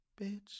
bitch